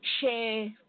share